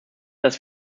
dass